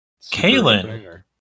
Kaylin